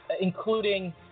including